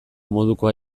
modukoa